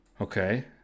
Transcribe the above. Okay